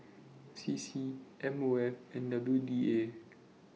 C C M O F and W D A